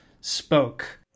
spoke